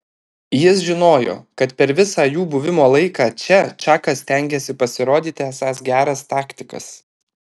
jis žinojo kad per visą jų buvimo laiką čia čakas stengiasi pasirodyti esąs geras taktikas